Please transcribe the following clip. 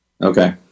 Okay